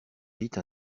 vite